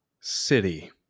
City